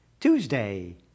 Tuesday